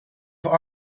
have